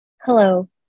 Hello